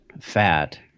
fat